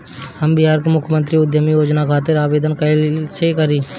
हम बिहार मुख्यमंत्री उद्यमी योजना खातिर आवेदन कईसे करी?